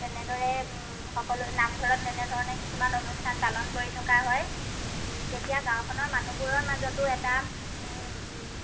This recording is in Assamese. তেনেদৰে সকলো নামঘৰত তেনে ধৰণে কিছুমান অনুষ্ঠান পালন কৰি থকা হয় তেতিয়া গাওঁখনৰ মানুহবোৰৰ মাজতো এটা